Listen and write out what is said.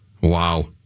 Wow